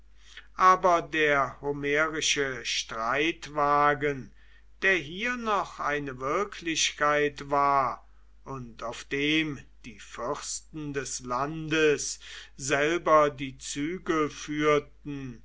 aber der homerische streitwagen der hier noch eine wirklichkeit war und auf dem die fürsten des landes selber die zügel führten